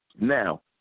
Now